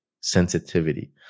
sensitivity